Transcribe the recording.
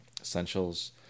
Essentials